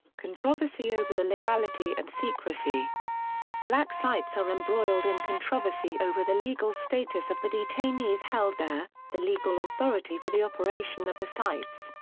controversy over the legality and secrecy black sites are embroiled in controversy over the legal status of the detainees held there, the legal authority for the operation of the sites,